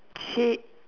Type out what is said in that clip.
shit